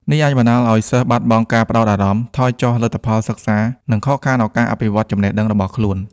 នេះអាចបណ្ដាលឱ្យសិស្សបាត់បង់ការផ្ដោតអារម្មណ៍ ថយចុះលទ្ធផលសិក្សា និងខកខានឱកាសអភិវឌ្ឍចំណេះដឹងរបស់ខ្លួន។